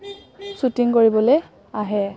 shooting কৰিবলৈ আহে